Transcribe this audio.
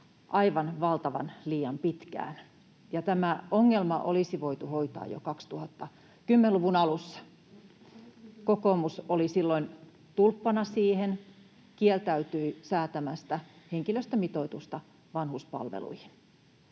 aivan valtavan liian pitkään, ja tämä ongelma olisi voitu hoitaa jo 2010-luvun alussa. [Arja Juvosen välihuuto] Kokoomus oli silloin tulppana siinä, kieltäytyi säätämästä henkilöstömitoitusta vanhuspalveluihin.